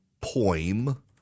poem